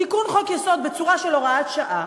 תיקון חוק-יסוד בצורה של הוראת שעה,